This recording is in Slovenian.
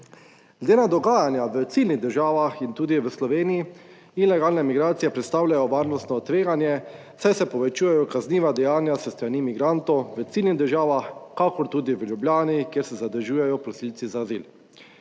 Glede na dogajanja v ciljnih državah in tudi v Sloveniji ilegalne migracije predstavljajo varnostno tveganje, saj se povečujejo kazniva dejanja s strani migrantov v ciljnih državah kakor tudi v Ljubljani, kjer se zadržujejo prosilci za azil.